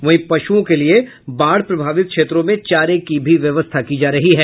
वहीं पशुओं के लिए बाढ़ प्रभावित क्षेत्रों में चारे की भी व्यवस्था की जा रही है